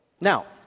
Now